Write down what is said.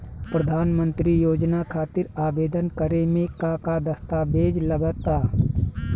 प्रधानमंत्री योजना खातिर आवेदन करे मे का का दस्तावेजऽ लगा ता?